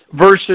versus